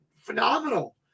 phenomenal